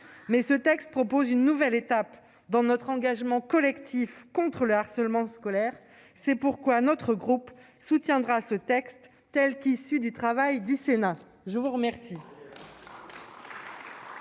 mais ce texte propose une nouvelle étape dans notre engagement collectif contre le harcèlement scolaire c'est pourquoi notre groupe soutiendra ce texte telle qu'issue du travail du Sénat, je vous remercie.